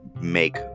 make